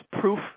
proof